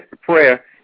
prayer